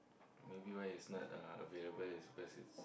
maybe why is not uh available is because it's